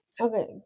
Okay